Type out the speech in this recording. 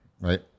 right